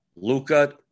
Luca